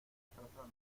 despertado